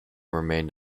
remained